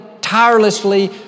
tirelessly